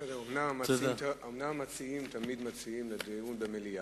אומנם המציעים תמיד מציעים דיון במליאה,